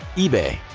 ebay.